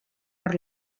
per